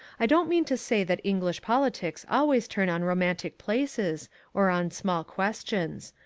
i don't mean to say the english politics always turn on romantic places or on small questions.